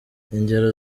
ingero